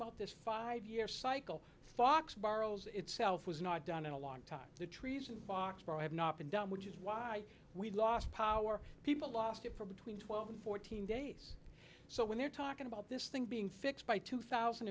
about this five year cycle fox borrows itself was not done in a long time the trees in foxborough have not been done which is why we lost power people lost it for between twelve and fourteen days so when they're talking about this thing being fixed by two thousand